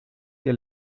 que